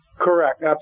Correct